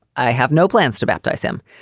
i have no plans to baptize him.